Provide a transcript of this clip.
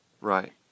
Right